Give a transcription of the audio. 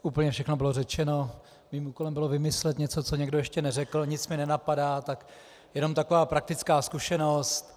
Úplně všechno bylo řečeno, mým úkolem bylo vymyslet něco, co ještě nikdo neřekl, nic mě nenapadá, tak jen taková praktická zkušenost.